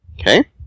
Okay